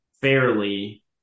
fairly